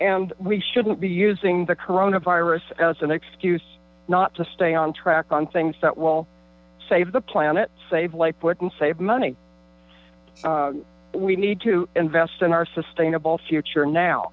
and we shouldn't be using the corona virus as an excuse not to stay on track on things that will save the planet save life and save money we need to invest in our sustainable future now